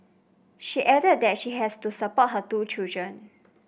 she added that she has to support her two children